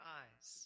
eyes